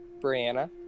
Brianna